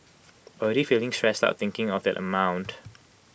already feeling stressed out thinking of that amount